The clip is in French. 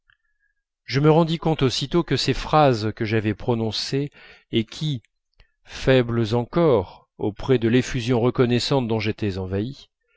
je me rendis compte aussitôt que ces phrases que j'avais prononcées et qui faibles encore auprès de l'effusion reconnaissante dont j'étais envahi